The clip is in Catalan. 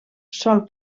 sol